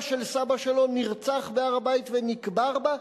של סבא שלו נרצח בהר-הבית ונקבר בה,